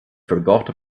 forgot